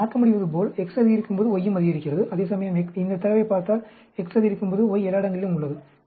நீங்கள் பார்க்க முடிவதுபோல் X அதிகரிக்கும்போது Y யும் அதிகரிக்கிறது அதேசமயம் இந்தத் தரவைப் பார்த்தால் X அதிகரிக்கும் போது y எல்லா இடங்களிலும் உள்ளது